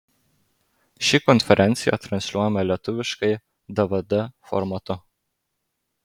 ši konferencija transliuojama lietuviškai dvd formatu